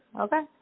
Okay